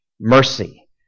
mercy